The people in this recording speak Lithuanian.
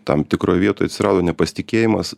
tam tikroj vietoj atsirado nepasitikėjimas